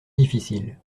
difficile